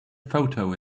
photo